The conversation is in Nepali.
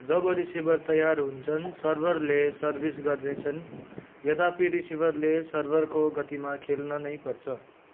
जब रिसिभर तयार हुन्छन् सर्भरले सर्भिस गर्नेछन् यद्यपि रिसिभरले सर्भरको गतिमा खेल्न नै पर्छ